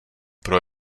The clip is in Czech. pro